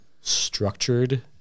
structured